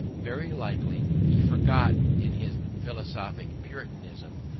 very likely he forgot, in his philosophic puritanism,